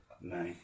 No